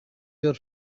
your